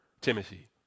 Timothy